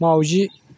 माउजि